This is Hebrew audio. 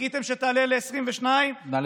חיכיתם שתעלה ל-22% תחלואה,